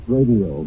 Radio